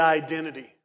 identity